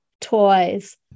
toys